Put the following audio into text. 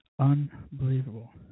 Unbelievable